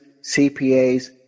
CPAs